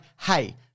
hey